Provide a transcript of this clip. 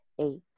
eight